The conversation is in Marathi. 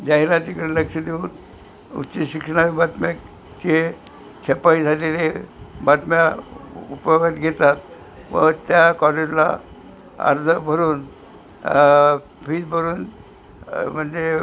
जाहिरातीकडे लक्ष देऊन उच्च शिक्षणाच्या बातम्याचे छपाई झालेले बातम्या उपयोगात घेतात व त्या कॉलेजला अर्ज भरून फीज भरून म्हणजे